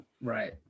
Right